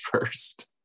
first